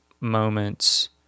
moments